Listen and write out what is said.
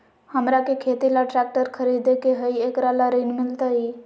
हमरा के खेती ला ट्रैक्टर खरीदे के हई, एकरा ला ऋण मिलतई?